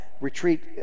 retreat